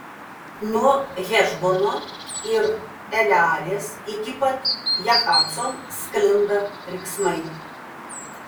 nuo hešbono ir elealės iki pat jahaco sklinda riksmai